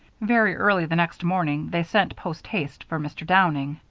very early the next morning they sent post-haste for mr. downing.